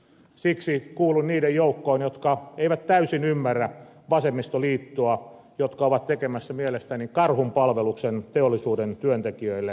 siksi kuulun niiden joukkoon jotka eivät täysin ymmärrä vasemmistoliittoa joka on tekemässä mielestäni karhunpalveluksen teollisuuden työntekijöille vastustamalla ydinvoimaa